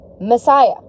messiah